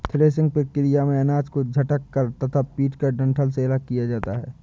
threshing प्रक्रिया में अनाज को झटक कर तथा पीटकर डंठल से अलग किया जाता है